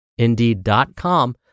Indeed.com